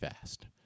fast